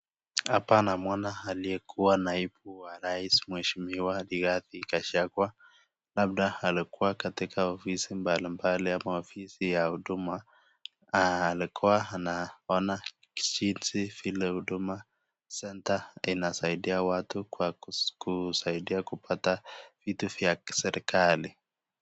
Hapa namuona aliyekuwa naibu wa rais Rigathe Gachagua labda alikuwa katika ofisi mbali mbali ama ofisi ya huduma alikuwa anaona jinsi vile Huduma Center inasaidia watu kwa kusaidia kupata kupata vitu vya kiserekali.